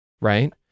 Right